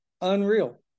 unreal